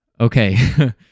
Okay